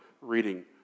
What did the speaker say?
reading